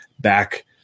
back